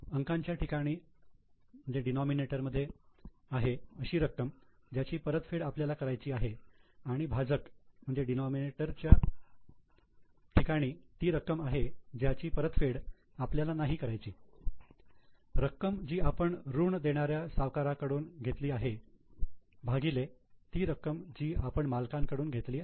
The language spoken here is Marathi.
अंकाच्या ठिकाणी आहे अशी रक्कम ज्याची परतफेड आपल्याला करायची आहे आणि भाजक ज्या ठिकाणी ती रक्कम आहे ज्याची परतफेड आपल्याला नाही करायची रक्कम जी आपण रुण देणाऱ्या सावकारांकडून घेतली आहे भागिले ती रक्कम जी आपण मालकांकडून घेतली आहे